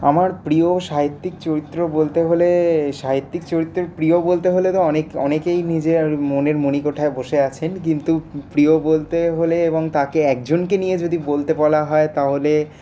আমার প্রিয় সাহিত্যিক চরিত্র বলতে হলে সাহিত্যিক চরিত্রের প্রিয় বলতে হলে তো অনেক অনেকেই নিজের মনের মনিকোঠায় বসে আছেন কিন্তু প্রিয় বলতে হলে এবং তাকে একজনকে নিয়ে যদি বলতে বলা হয় তাহলে